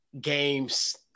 games